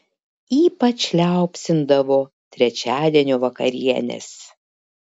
ypač liaupsindavo trečiadienio vakarienes